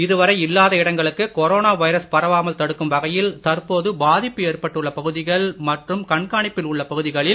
இதுவரை இல்லாத இடங்களுக்கு கொரோனா வைரஸ் பரவாமல் தடுக்கும் வகையில் தற்போது பாதிப்பு ஏற்பட்டுள்ள பகுதிகள் மற்றும் கண்காணிப்பில் உள்ள பகுதிகளில்